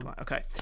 Okay